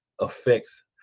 affects